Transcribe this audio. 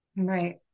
Right